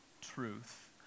truth